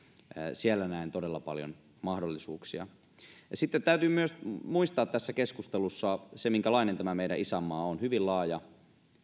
siellä näen todella paljon mahdollisuuksia sitten täytyy myös muistaa tässä keskustelussa se minkälainen tämä meidän isänmaa on hyvin laaja